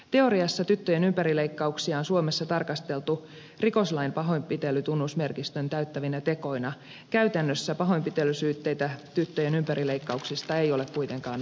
teoriassa tyttöjen ympärileikkauksia on suomessa tarkasteltu rikoslain pahoinpitelytunnusmerkistön täyttävinä tekoina käytännössä pahoinpitelysyytteitä tyttöjen ympärileikkauksista ei ole kuitenkaan nostettu